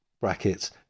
brackets